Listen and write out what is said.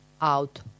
out